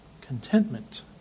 Contentment